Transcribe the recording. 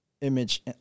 image